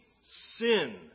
sin